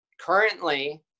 Currently